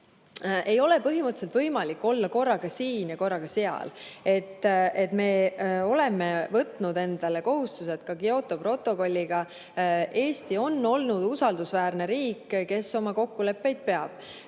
Ei ole põhimõtteliselt võimalik olla korraga siin ja seal. Me oleme võtnud endale kohustused seoses Kyoto protokolliga. Eesti on olnud usaldusväärne riik, kes oma kokkuleppeid peab.